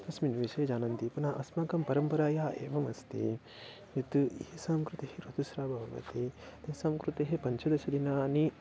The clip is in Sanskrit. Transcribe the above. तस्मिन् विषये जानन्ति पुनः अस्माकं परम्परायाम् एवम् अस्ति यत् येषां कृते ऋतुस्रावः भवति तेषां कृते पञ्चदश दिनानि